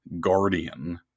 Guardian